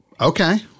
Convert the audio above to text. Okay